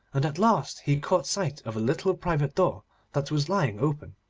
and at last he caught sight of a little private door that was lying open.